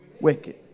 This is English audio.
wicked